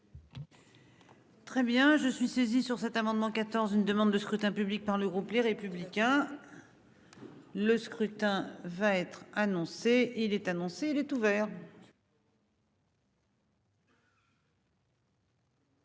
Très bien je suis saisie sur cet amendement 14 une demande de scrutin public par le groupe Les Républicains.-- Le scrutin va être annoncé. Il est annoncé, il est ouvert.